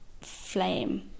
flame